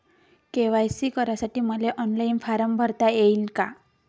KYC करासाठी मले online form भरता येईन का?